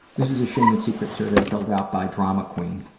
this is a shame and secrets survey filled out by drama queen,